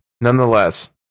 Nonetheless